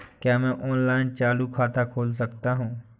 क्या मैं ऑनलाइन चालू खाता खोल सकता हूँ?